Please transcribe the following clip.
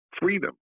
freedom